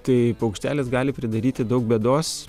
tai paukštelis gali pridaryti daug bėdos